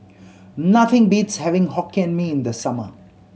nothing beats having Hokkien Mee in the summer